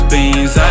Beans